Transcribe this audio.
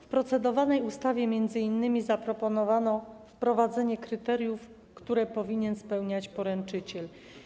W procedowanej ustawie m.in. zaproponowano wprowadzenie kryteriów, które powinien spełniać poręczyciel.